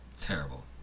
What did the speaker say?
Terrible